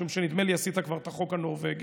משום שנדמה לי עשית כבר את החוק הנורבגי.